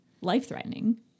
life-threatening